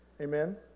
Amen